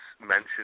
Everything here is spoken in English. mentioned